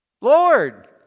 Lord